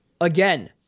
again